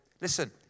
Listen